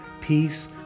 peace